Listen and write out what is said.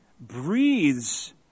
breathes